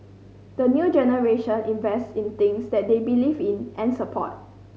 the new generation invests in things that they believe in and support